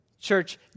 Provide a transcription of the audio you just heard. Church